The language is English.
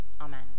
Amen